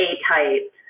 A-type